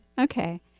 Okay